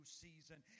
season